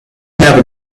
never